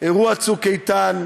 אירוע "צוק איתן",